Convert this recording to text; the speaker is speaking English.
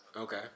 Okay